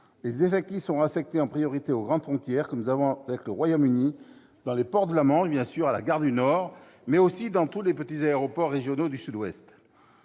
Les effectifs seront affectés en priorité aux grandes frontières que nous avons avec le Royaume-Uni, dans les ports de la Manche, bien sûr, à la gare du Nord, mais aussi dans tous les petits aéroports régionaux du Sud-Ouest.